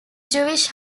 jewish